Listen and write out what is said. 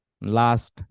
Last